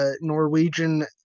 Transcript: Norwegian